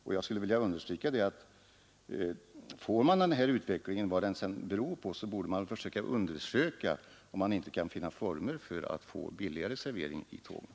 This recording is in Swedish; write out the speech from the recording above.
När man har fått den här utvecklingen, vad den sedan än beror på, borde man undersöka om man inte kan finna former för att ordna billigare servering på tågen.